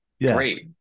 great